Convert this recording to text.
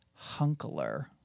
Hunkler